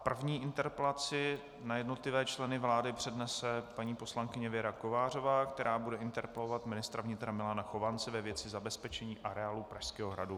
První interpelaci na jednotlivé členy vlády přednese paní poslankyně Věra Kovářová, která bude interpelovat ministra vnitra Milana Chovance ve věci zabezpečení areálu Pražského hradu.